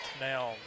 now